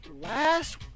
Last